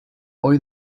hoy